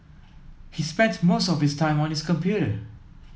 he spent most of his time on his computer